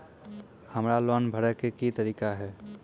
हमरा लोन भरे के की तरीका है?